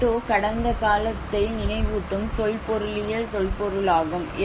கிரெட்டோ கடந்த காலத்தை நினைவூட்டும் தொல்பொருளியல் தொல்பொருளாகும்